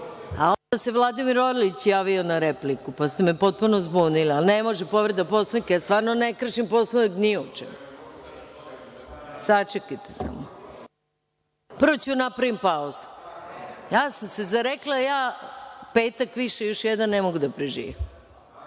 Poslovnika. Vladimir Orlić se javio na repliku pa ste me potpuno zbunili, ali ne može povreda Poslovnika. Ja stvarno ne kršim Poslovnik ni u čemu. Sačekajte samo. Prvo ću da napravim pauzu. Ja sam se zarekla da ja petak još jedan ne mogu da preživim.